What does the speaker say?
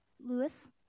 Lewis